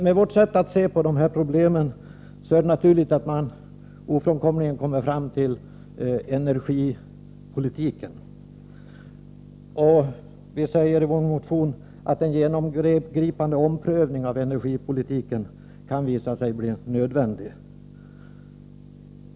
Med vårt sätt att se på de här problemen är det naturligt att komma fram till energipolitiken. Vi säger i vår motion att den genomgripande omprövningen av energipolitiken kan visa sig bli nödvändig.